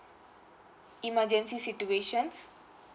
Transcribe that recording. emergency situations